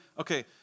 okay